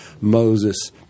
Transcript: moses